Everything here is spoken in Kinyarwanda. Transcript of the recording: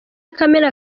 kamena